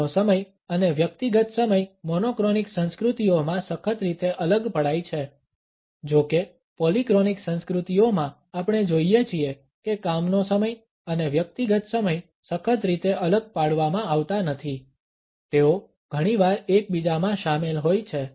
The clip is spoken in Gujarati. કામનો સમય અને વ્યક્તિગત સમય મોનોક્રોનિક સંસ્કૃતિઓમાં સખત રીતે અલગ પડાય છે જો કે પોલીક્રોનિક સંસ્કૃતિઓમાં આપણે જોઇએ છીએ કે કામનો સમય અને વ્યક્તિગત સમય સખત રીતે અલગ પાડવામાં આવતા નથી તેઓ ઘણીવાર એકબીજામાં શામેલ હોય છે